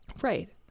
Right